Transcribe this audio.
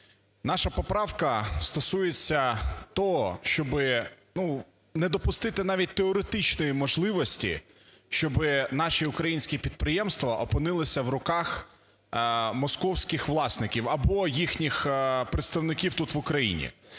Наша поправка стосується того, щоб не допустити навіть теоретичної можливості, щоб наші українські підприємства опинилися в руках московських власників або їхніх представників тут, в Україні.